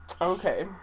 Okay